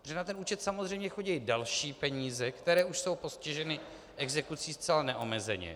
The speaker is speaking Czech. Protože na ten účet samozřejmě chodí další peníze, které už jsou postiženy exekucí zcela neomezeně.